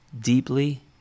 deeply